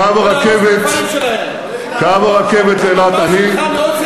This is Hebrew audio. קו הרכבת, ממה נהנים?